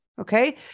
Okay